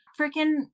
freaking